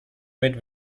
mit